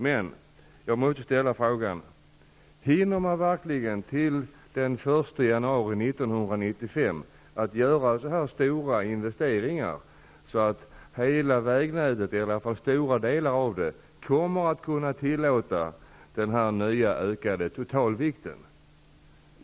Men jag måste ställa frågan: Hinner man verkligen till den 1 januari 1995 göra så stora investeringar att hela vägnätet, eller i varje fall stora delar av det, kommer att kunna tillåta den nya, ökade totalvikten?